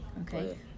Okay